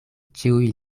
ĉiuj